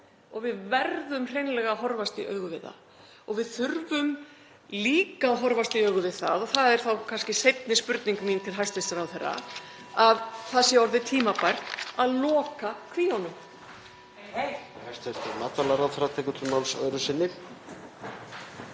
Við verðum hreinlega að horfast í augu við það. Og við þurfum líka að horfast í augu við það, og það er þá kannski seinni spurning mín til hæstv. ráðherra, að það sé orðið tímabært að loka kvíunum.